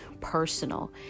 personal